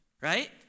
right